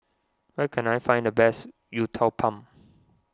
where can I find the best Uthapam